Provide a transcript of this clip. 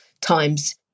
times